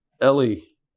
Ellie